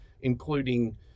including